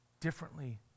differently